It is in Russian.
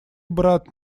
брат